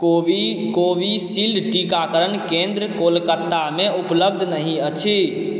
कोवि कोविशील्ड टीकाकरण केन्द्र कोलकतामे उपलब्ध नहि अछि